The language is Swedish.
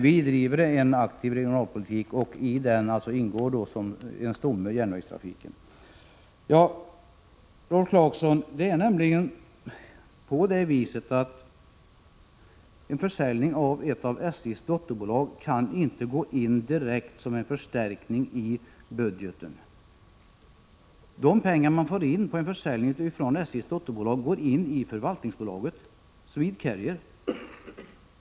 Vi driver en aktiv regionalpolitik, och i den ingår järnvägstrafiken som en stomme. Till Rolf Clarkson vill jag säga att en försäljning av ett av SJ:s dotterbolag inte kan gå in direkt i budgeten som en förstärkning. De pengar man får in på en försäljning av SJ:s dotterbolag går in i förvaltningsbolaget, SwedeCarrier.